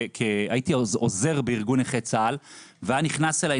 הייתי עוזר בארגון נכי צה"ל והיה נכנס אליי